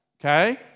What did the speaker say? okay